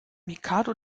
mikado